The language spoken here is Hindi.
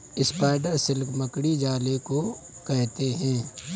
स्पाइडर सिल्क मकड़ी जाले को कहते हैं